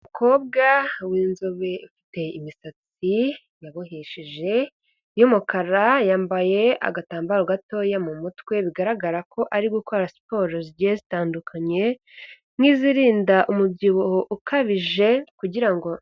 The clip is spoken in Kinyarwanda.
Umukobwa w'inzobe, ufite imisatsi yabohesheje, y'umukara, yambaye agatambaro gatoya mu mutwe, bigaragara ko ari gukora siporo zigiye zitandukanye, nk'izirinda umubyibuho ukabije kugira ngo.